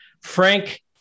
Frank